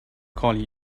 call